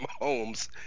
Mahomes